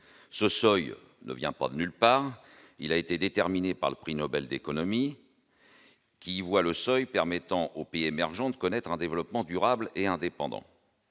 ce seuil ne vient pas de nulle part, il a été déterminé par le prix Nobel d'économie qui voit le seuil permettant aux pays émergents de connaître un développement durable et indépendant,